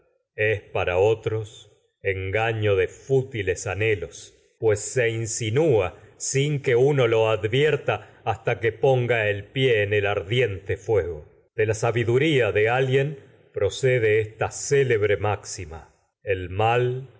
es para otros engaño de fútiles anhelos pues se insinúa sin que advierta uno lo hasta que ponga el pie en el ardiente fuego de la sabiduría de alguien máxima procede esta célebre a el mal